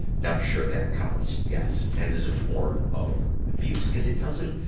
not sure that counts. yes, that is a form of abuse. because it doesn't,